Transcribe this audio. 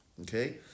Okay